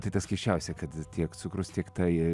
tai tas keisčiausia kad tiek cukrus tiek tai